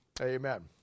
Amen